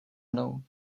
mnou